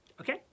Okay